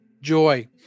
joy